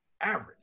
average